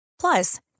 Plus